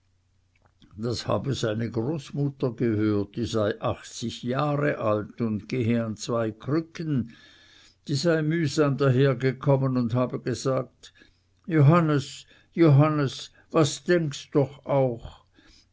das habe seine großmutter gehört die sei achtzig jahre alt und gehe an zwei krücken die sei mühsam dahergekommen und habe gesagt johannes johannes was denkst doch auch